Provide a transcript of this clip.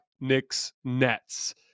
Knicks-Nets